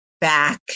back